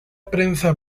prensa